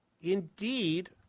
Indeed